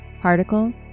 particles